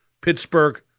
Pittsburgh